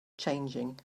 changing